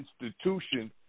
institution